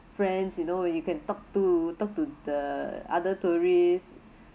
friends you know when we can talk to talk to the other tourists